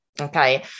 okay